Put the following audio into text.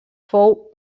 fou